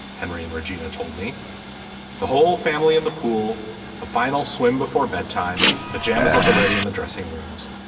henry and regina told me the whole family in the pool a final swim before bedtime pajamas at the ready in the dressing rooms